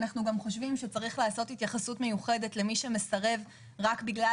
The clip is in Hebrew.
אנחנו גם חושבים שצריך לעשות התייחסות מיוחדת למי שמסרב רק בגלל